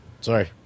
sorry